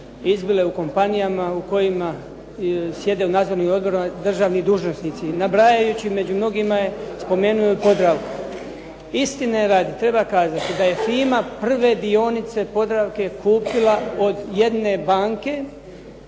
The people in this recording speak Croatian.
izbile u kompanijama u kojima sjede u nadzornim odborima državni dužnosnici. Nabrajajući među mnogima je spomenuo i Podravku. Istine radi treba kazati da je FIMA prve dionice Podravke kupila od jedne banke